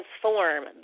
transform